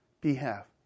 behalf